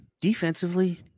Defensively